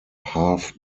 half